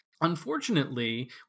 Unfortunately